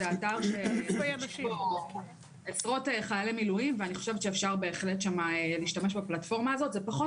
COO, משרד הבריאות סא"ל יפעת